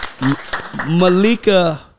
Malika